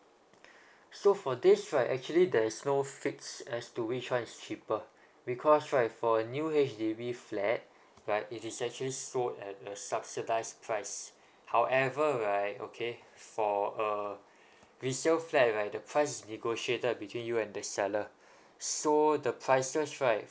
so for this right actually there's no fixed as to which one is cheaper because right for a new H_D_B flat right it is actually sold at a subsidy price however right okay for a resale flat like the price is negotiated between you and the seller so the prices right